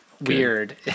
weird